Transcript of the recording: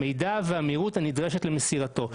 המידע והמהירות הנדרשת למסירתו".